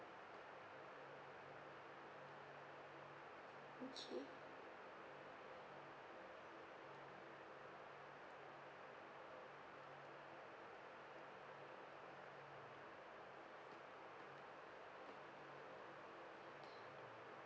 okay